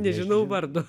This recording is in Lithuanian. nežinau vardo